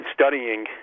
studying